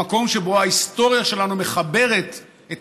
במקום שבו ההיסטוריה שלנו מחברת את